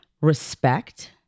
respect